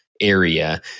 area